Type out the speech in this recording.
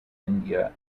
india